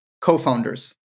co-founders